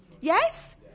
Yes